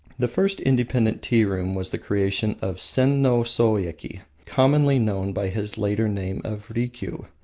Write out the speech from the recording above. the first independent tea-room was the creation of senno-soyeki, commonly known by his later name of rikiu,